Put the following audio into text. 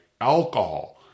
alcohol